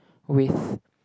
with